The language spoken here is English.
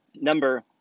Number